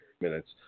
minutes